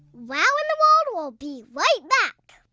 wow in the world will be right back.